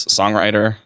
songwriter